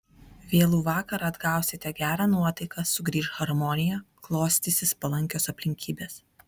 vėlų vakarą atgausite gerą nuotaiką sugrįš harmonija klostysis palankios aplinkybės